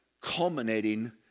culminating